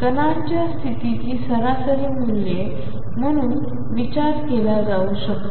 कणांच्या स्थितीची सरासरी मूल्ये म्हणून विचार केला जाऊ शकतो